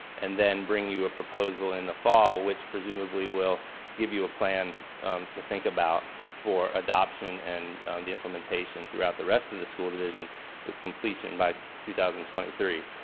and then bring you a proposal in the fall which presumably will give you a plan to think about for adoption and the implementation throughout the rest of the school division with completion by two thousand and twenty three.